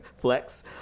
flex